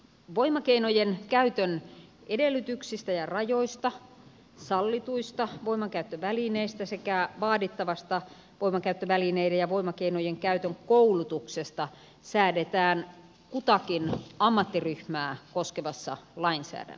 voimakeinojen käytön edellytyksistä ja rajoista sallituista voimankäyttövälineistä sekä vaadittavasta voimankäyttövälineiden ja voimakeinojen käytön koulutuksesta säädetään kutakin ammattiryhmää koskevassa lainsäädännössä